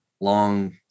long